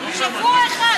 שבוע אחד.